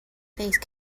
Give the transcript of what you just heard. faced